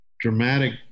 dramatic